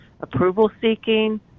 approval-seeking